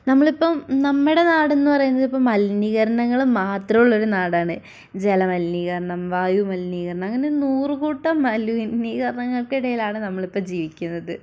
നമ്മളിപ്പം നമ്മുടെ നാടെന്ന് പറയുന്നത് ഇപ്പം മലിനീകരണങ്ങളും മാത്രമുള്ള ഒരു നാടാണ് ജലമലിനീകരണം വായുമലിനീകരണം അങ്ങനെ നൂറുകൂട്ടം മലിനീകരണങ്ങൾക്കിടയിലാണ് നമ്മൾ ഇപ്പം ജീവിക്കുന്നത്